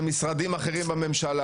המשרדים האחרים בממשלה.